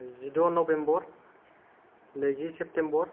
जिद' नभेम्बर नैजि सेप्टेम्बर